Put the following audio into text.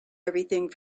everything